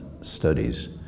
studies